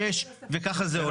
שש וככה זה עולה.